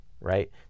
right